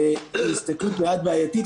ההסתכלות היא בעייתית,